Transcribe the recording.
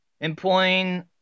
Employing